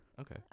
Okay